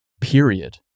period